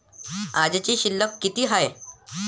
आजची शिल्लक किती हाय?